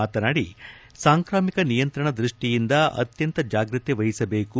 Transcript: ಮಾತನಾದಿ ಸಾಂಕ್ರಾಮಿಕ ನಿಯಂತ್ರಣ ದೃಷ್ಟಿಯಿಂದ ಅತ್ಯಂತ ಜಾಗ್ರತೆ ವಹಿಸಬೇಕು